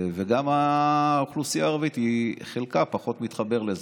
גם האוכלוסייה הערבית, שחלקה פחות מתחברת לזה.